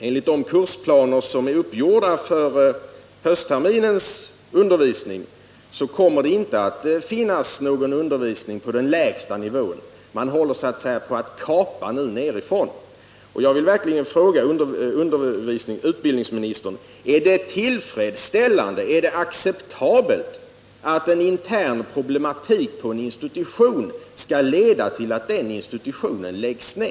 Enligt de kursplaner som är uppgjorda för höstterminens undervisning kommer det inte att finnas någon undervisning på den lägsta nivån. Man håller så att säga på att kapa nedifrån. Jag vill verkligen fråga utbildningsministern: Är det acceptabelt att en intern problematik på en institution skall leda till att den institutionen läggs ned?